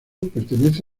pertenece